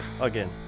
again